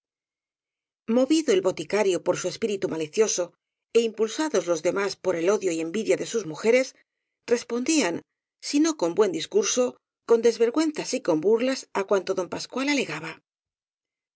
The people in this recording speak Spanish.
movido el boticario por su espíritu malicioso é impulsados los demás por el odio y envidia de sus mujeres respondían si no con buen discurso con desvergüenzas y con burlas á cuanto don pascual alegaba